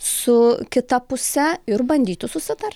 su kita puse ir bandytų susitart